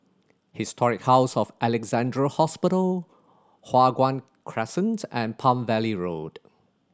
Historic House of Alexandra Hospital Hua Guan Crescents and Palm Valley Road